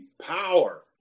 power